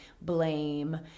blame